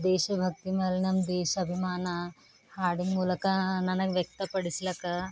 ದೇಶಭಕ್ತಿ ಮ್ಯಾಲೆ ನಮ್ಮ ದೇಶಾಭಿಮಾನ ಹಾಡಿನ ಮೂಲಕ ನನಗೆ ವ್ಯಕ್ತಪಡಿಸ್ಲಿಕ್ಕ